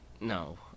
no